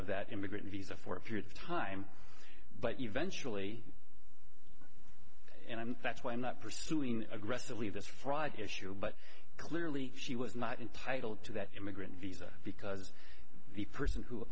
of that immigrant visa for a period of time but eventually that's why i'm not pursuing aggressively this friday issue but clearly she was not entitled to that immigrant visa because the person who